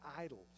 idols